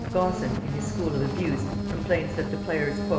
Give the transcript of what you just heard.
gosson in his school of abuse complains that the players,